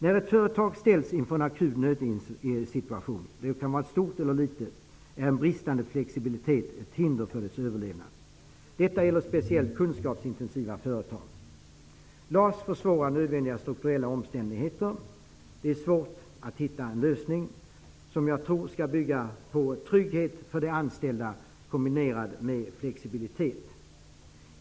När ett företag -- det kan vara stort eller litet -- ställs inför en akut nödsituation är en bristande flexibilitet ett hinder för dess överlevnad. Detta gäller speciellt kunskapsintensiva företag. LAS försvårar nödvändiga strukturella omställningar. Det är svårt att hitta en lösning som jag tror skall bygga på trygghet för de anställda, kombinerad med flexibilitet.